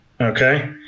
Okay